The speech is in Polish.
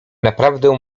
naprawdę